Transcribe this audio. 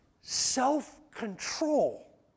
self-control